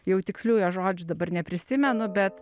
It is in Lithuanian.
jau tikslių jo žodžių dabar neprisimenu bet